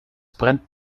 brennt